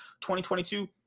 2022